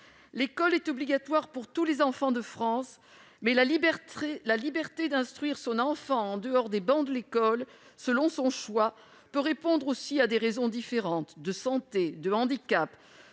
L'école est obligatoire pour tous les enfants de France, mais la liberté d'instruire son enfant en dehors des bancs de l'école, selon son choix, peut répondre à des raisons diverses, qui peuvent